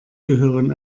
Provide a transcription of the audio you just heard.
gehören